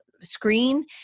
screen